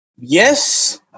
Yes